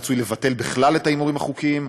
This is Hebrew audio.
רצוי לבטל בכלל את ההימורים החוקיים,